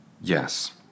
Yes